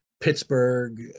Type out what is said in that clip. Pittsburgh